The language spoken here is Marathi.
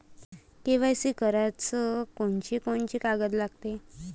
के.वाय.सी कराच कोनचे कोनचे कागद लागते?